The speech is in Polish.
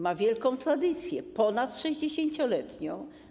Ma wielką tradycję, ponad 60-letnią.